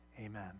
Amen